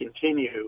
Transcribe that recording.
continue